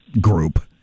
group